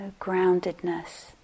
groundedness